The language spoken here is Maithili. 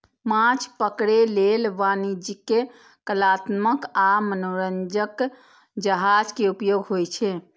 माछ पकड़ै लेल वाणिज्यिक, कलात्मक आ मनोरंजक जहाज के उपयोग होइ छै